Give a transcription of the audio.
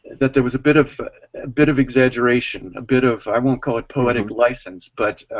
there was a bit of bit of exageration a bit of i won't call it poetic license but